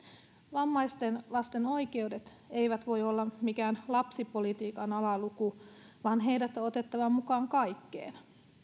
vammaisten lasten oikeudet eivät voi olla mikään lapsipolitiikan alaluku vaan heidät on otettava mukaan kaikkeen